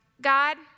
God